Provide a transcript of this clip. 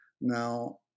Now